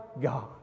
God